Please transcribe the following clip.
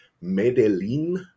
Medellin